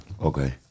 Okay